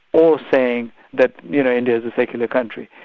or saying that you know india is a secular country.